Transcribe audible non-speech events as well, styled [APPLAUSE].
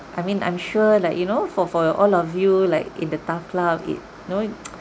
I mean I'm sure like you know for for your all of you like in the TAF club you know [NOISE]